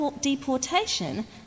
deportation